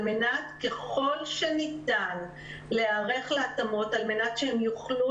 על-מנת ככל שניתן להיערך להתאמות כדי שהם יוכלו